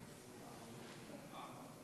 גברתי היושבת-ראש,